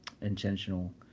intentional